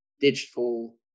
digital